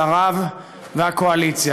שריו והקואליציה,